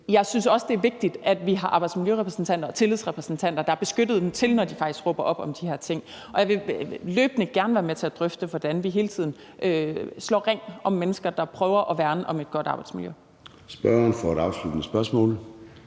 Jeg synes også, det er vigtigt, at vi har arbejdsmiljørepræsentanter og tillidsrepræsentanter, som der er beskyttelse til, når de faktisk råber op om de her ting. Og jeg vil løbende gerne være med til at drøfte, hvordan vi hele tiden slår ring om mennesker, der prøver at værne om et godt arbejdsmiljø.